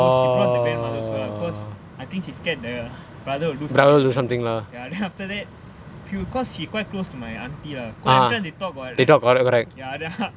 so she brought the grandmother also lah because I think she scared the brother will do something to them lah ya then after that because she quite close to my auntie lah because everytime they talk [what] ya then